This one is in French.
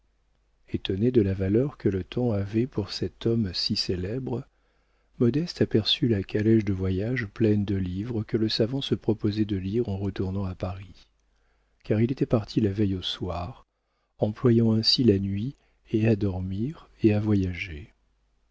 étonnée de la valeur que le temps avait pour cet homme si célèbre modeste aperçut la calèche de voyage pleine de livres que le savant se proposait de lire en retournant à paris car il était parti la veille au soir employant ainsi la nuit et à dormir et à voyager